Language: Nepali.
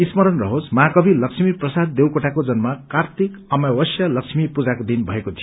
स्मरण रहोस महाकवि लक्ष्मीप्रसाद देवकोटाको जन्म कार्त्तिक अमवस्या लक्ष्मी पूजाको दिन भएको थियो